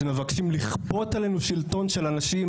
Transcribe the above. אתם מבקשים לכפות עלינו שלטון של אנשים